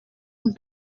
and